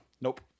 Nope